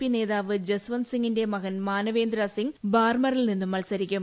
P നേതാവ് ജസ്വന്ത് സിംഗിന്റെ മകൻ മാനവേന്ദ്രസിംഗ് ബാർമറിൽ നിന്നും മത്സരിക്കും